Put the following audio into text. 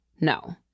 no